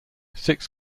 six